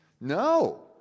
No